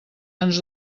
ens